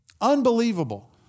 Unbelievable